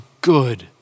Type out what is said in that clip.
good